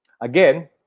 again